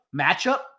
matchup